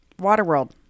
Waterworld